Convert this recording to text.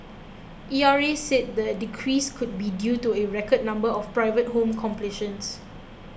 E R A said the decrease could be due to a record number of private home completions